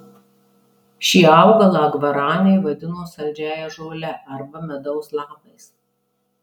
šį augalą gvaraniai vadino saldžiąja žole arba medaus lapais